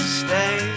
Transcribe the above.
stay